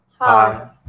Hi